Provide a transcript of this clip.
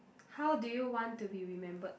how do you want to be remembered